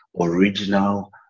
original